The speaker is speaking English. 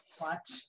Watch